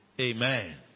Amen